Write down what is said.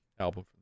album